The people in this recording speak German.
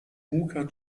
hooker